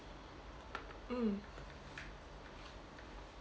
mm